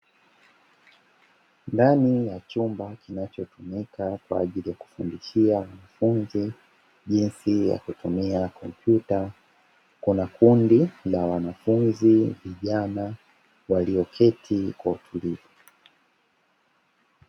Ndani ya chumba kinachotumika kwa ajili ya kufundishia wanafunzi jinsi ya kutumia kompyuta, kuna kundi la wanafunzi vijana walioketi kwa utulivu.